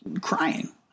crying